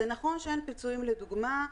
זה נכון שאין פיצויים לדוגמה.